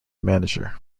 manager